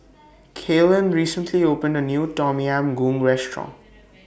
Kaylan recently opened A New Tom Yam Goong Restaurant